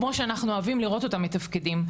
כמו שאנחנו אוהבים לראות אותם מתפקדים.